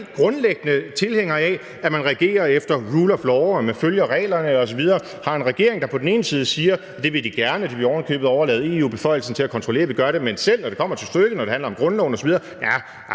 grundlæggende tilhænger af, at man regerer efter rule of law, og at man følger reglerne osv. Og vi har en regering, der siger, at det vil de gerne, og de vil ovenikøbet overlade EU beføjelsen til at kontrollere, at vi gør det. Men når det kommer til stykket, og når det handler om grundloven osv., kan